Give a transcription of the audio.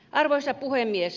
arvoisa puhemies